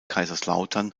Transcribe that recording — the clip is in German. kaiserslautern